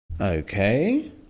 Okay